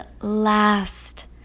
last